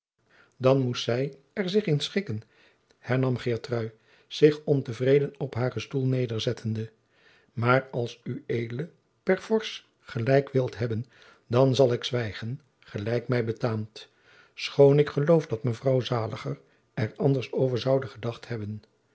dan moest zij er zich in schikken hernam geertrui zich ontevreden op haren stoel nederzettende maar als ued per fors gelijk wilt hebben dan zal ik zwijgen gelijk mij betaamt schoon ik geloof dat mevrouw zaliger er anders over zoude gedacht hebben